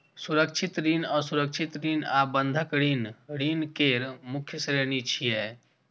सुरक्षित ऋण, असुरक्षित ऋण आ बंधक ऋण ऋण केर मुख्य श्रेणी छियै